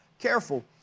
careful